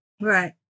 Right